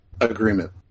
agreement